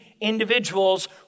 individuals